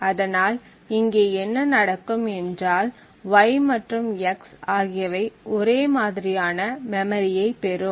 அதனால் இங்கே என்ன நடக்கும் என்றால் y மற்றும் x ஆகியவை ஒரே மாதிரியான மெமரியை பெறும்